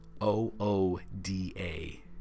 O-O-D-A